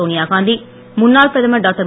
சோனியாகாந்தி முன்னாள் பிரதமர் டாக்டர்